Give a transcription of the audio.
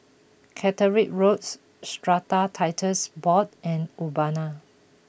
Caterick Roads Strata Titles Board and Urbana